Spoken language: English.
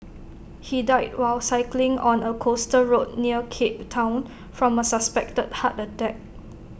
he died while cycling on A coastal road near cape Town from A suspected heart attack